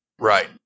Right